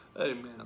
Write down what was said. Amen